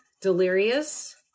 delirious